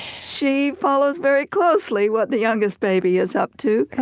she follows very closely what the youngest baby is up to,